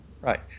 Right